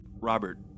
Robert